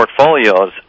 portfolios